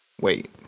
wait